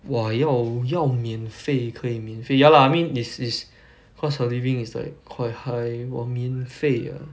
!wah! 要要免费可以免费 ya lah I mean if it's cost of living is like quite high !wah! 免费 ah